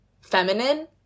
feminine